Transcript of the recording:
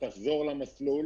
תחזור למסלול